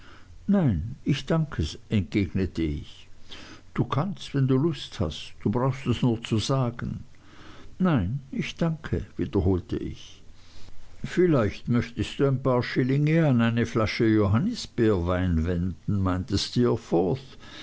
nein ich danke entgegnete ich du kannst wenn du lust hast du brauchst es nur zu sagen nein ich danke wiederholte ich vielleicht möchtest du ein paar schillinge an eine flasche johannisbeerwein wenden meinte